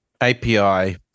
API